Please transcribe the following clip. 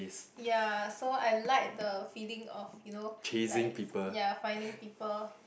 ya so I like the feeling of you know like ya finding people